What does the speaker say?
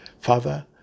Father